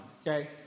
okay